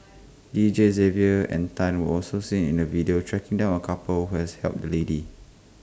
Deejays Xavier and Tan were also seen in the video tracking down A couple who has helped the lady